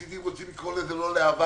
אם רוצים לקרוא לזה לה"ב